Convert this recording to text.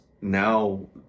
now